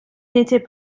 n’étais